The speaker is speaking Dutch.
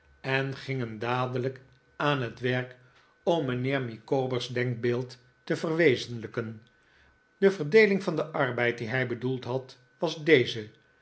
en gingen dadelijk aan het werk om mijnheer micawber s denkbeeld te verwezenlijken de verdeeling van den arbeid die hij bedoeld had was deze